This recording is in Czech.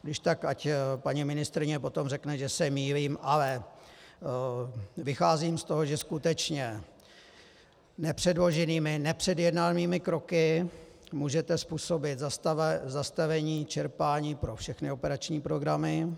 Když tak ať paní ministryně potom řekne, že se mýlím, ale vycházím z toho, že skutečně nepředloženými, nepředjednanými kroky můžete způsobit zastavení čerpání pro všechny operační programy.